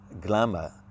glamour